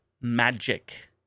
magic